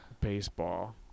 Baseball